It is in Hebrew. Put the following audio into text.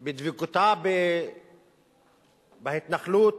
בדבקותה בהתנחלות,